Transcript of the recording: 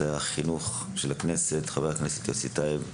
החינוך של הכנסת חבר הכנסת יוסף טייב.